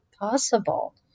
possible